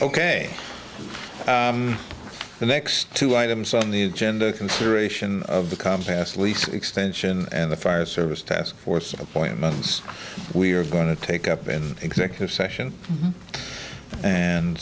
ok the next two items on the agenda consideration of the compass least extension and the fire service task force appointments we are going to take up in executive session and